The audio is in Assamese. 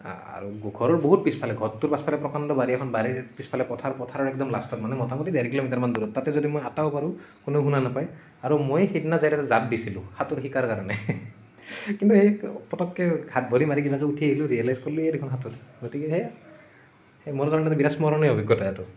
আৰু ঘৰত বহুত পিছফালে ঘৰটোৰ পাছফালে প্ৰকাণ্ড বাৰী এখন বাৰীৰ পিছফালে পথাৰ পথাৰৰ একদম লাষ্টত মানে মোটামুটি দেৰ কিলোমিটাৰমান দূৰত তাতে যদি মই আটাহো পাৰোঁ কোনেও শুনা নাপায় আৰু মই সেইদিনা যাই তাত জাঁপ দিছিলোঁ সাঁতোৰ শিকাৰ কাৰণে কিন্তু এই পতককৈ হাত ভৰি মাৰি কিনে যে উঠি আহিলোঁ ৰিয়েলাইজ কৰিলোঁ দেখোন সাঁতোৰ গতিকে সেয়াই সেই মোৰ কাৰণে বিৰাট স্মৰণীয় অভিজ্ঞতা এইটো